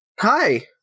Hi